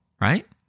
right